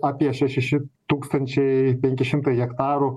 apie šeši ši tūkstančiai penki šimtai hektarų